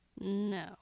no